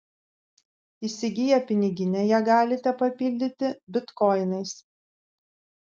įsigiję piniginę ją galite papildyti bitkoinais